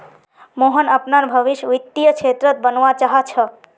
मोहन अपनार भवीस वित्तीय क्षेत्रत बनवा चाह छ